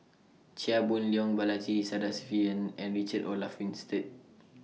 Chia Boon Leong Balaji Sadasivan and Richard Olaf Winstedt